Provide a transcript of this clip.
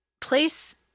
place